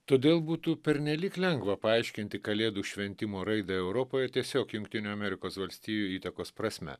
todėl būtų pernelyg lengva paaiškinti kalėdų šventimo raidą europoje tiesiog jungtinių amerikos valstijų įtakos prasme